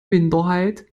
minderheit